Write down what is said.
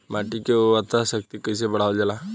माटी के उर्वता शक्ति कइसे बढ़ावल जाला?